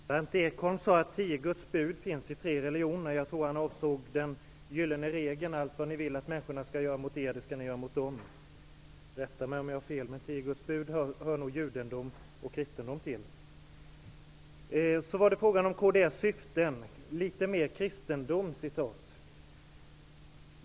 Fru talman! Berndt Ekholm sade att Tio Guds bud finns i tre religioner. Jag tror att han avsåg den gyllene regeln, som säger att allt vad ni vill att människorna skall göra mot er skall ni göra mot dem. Rätta mig om jag har fel, men Tio Guds bud hör nog judendom och kristendom till. Berndt Ekholm menade att kds syfte bl.a. är att införa ''litet mer kristendom''.